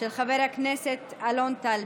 של חבר הכנסת אלון טל,